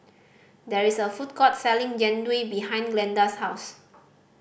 there is a food court selling Jian Dui behind Glenda's house